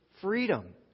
freedom